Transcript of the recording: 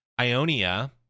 Ionia